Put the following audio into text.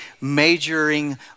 majoring